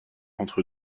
entre